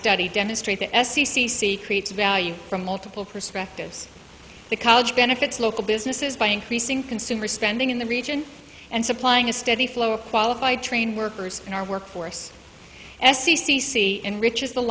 study demonstrate the s e c c creates value from multiple perspectives the college benefits local businesses by increasing consumer spending in the region and supplying a steady flow of qualified train workers in our workforce s e c c enriches the